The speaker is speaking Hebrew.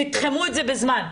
תתחמו את זה בזמן.